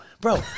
bro